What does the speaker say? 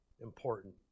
important